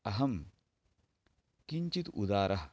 अहं किञ्चित् उदारः